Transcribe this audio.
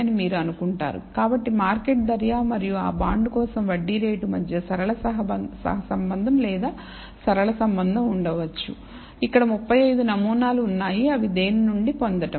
అని మీరు అనుకుంటారు కాబట్టి మార్కెట్ ధర మరియు ఆ బాండ్ కోసం వడ్డీ రేటు మధ్య సరళ సహసంబంధం లేదా సరళ సంబంధం ఉండవచ్చు ఇక్కడ 35 నమూనాలు ఉన్నాయిఅవి దేని నుండి పొందడం